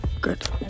Good